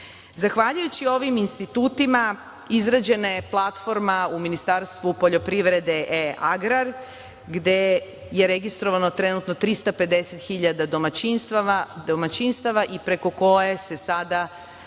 ovim institutima izrađena je platforma u Ministarstvu poljoprivrede e-agrar, gde je registrovano trenutno 350 hiljada domaćinstava i preko koje se sada